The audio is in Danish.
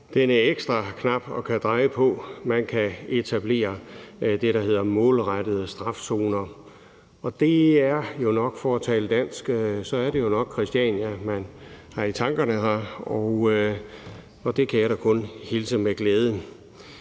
denne ekstra knap at kunne dreje på. Man kan etablere det, der hedder målrettede skærpede strafzoner. Og det er jo nok, for at tale dansk, Christiania, man her har i tankerne, og det kan jeg da kun hilse med glæde.